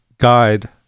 guide